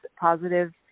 positive